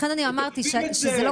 כותבים את זה.